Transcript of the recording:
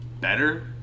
better